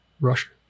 Russia